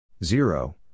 zero